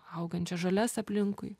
augančias žoles aplinkui